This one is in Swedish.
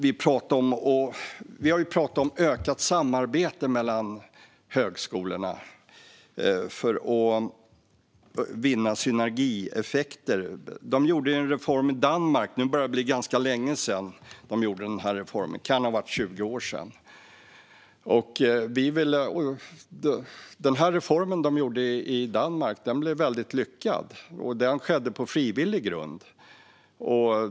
Vi har talat om ökat samarbete mellan högskolorna för att vinna synergieffekter. De gjorde en reform i Danmark. Nu börjar det bli ganska länge sedan. Det kan ha varit 20 år sedan de gjorde reformen. Den reformen blev väldigt lyckad. Den skedde på frivillig grund.